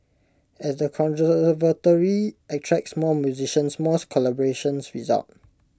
as the attracts more musicians more collaborations result